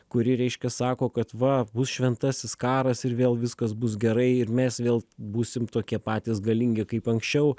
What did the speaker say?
kuri reiškia sako kad va bus šventasis karas ir vėl viskas bus gerai ir mes vėl būsim tokie patys galingi kaip anksčiau